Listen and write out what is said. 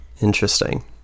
interesting